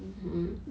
mm